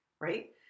Right